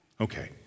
Okay